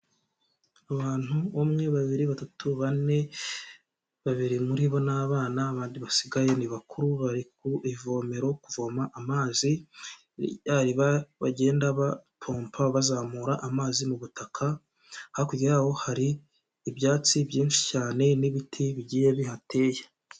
Abantu umwe babiri batatu bane, babiri muri bo n'abana abandi basigaye ni bakuru, bari ku ivomero kuvoma amazi bagenda bapompa bazamura amazi mu butaka, hakurya yaho hari ibyatsi byinshi cyane n'ibiti bigiye bihateye.